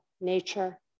nature